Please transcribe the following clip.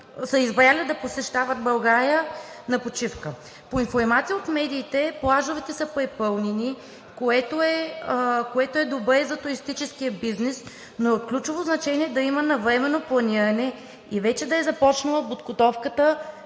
са избрали да посещават България за почивка. По информация от медиите плажовете са препълнени, което е добре за туристическия бизнес, но от ключово значение е да има навременно планиране и вече да е започнала подготовката